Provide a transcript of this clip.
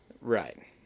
Right